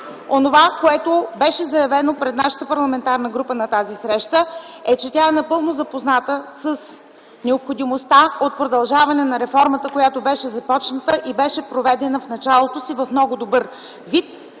Онова, което беше заявено пред нашата парламентарна група на тази среща, е, че тя е напълно запозната с необходимостта от продължаване на реформата, която беше започната и беше проведена в началото си в много добър вид.